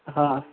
हाँ